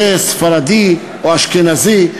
יהיה ספרדי או אשכנזי,